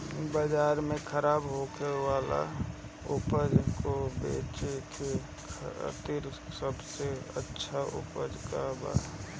बाजार में खराब होखे वाला उपज को बेचे के खातिर सबसे अच्छा उपाय का बा?